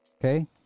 Okay